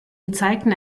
gezeigten